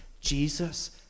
Jesus